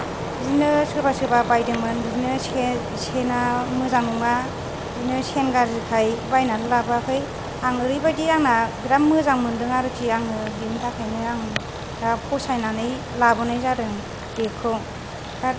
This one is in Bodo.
बिदिनो सोरबा सोरबा बायदोंमोन बिदिनो से सेना मोजां नङा बिदिनो सेन गाज्रिखाय बायनानै लाबोवाखै आं ओरैबायदि आंना बिराद मोजां मोनदों आरोखि आङो बेनि थाखायनो आं दा फसायनानै लाबोनाय जादों बेगखौ बिराद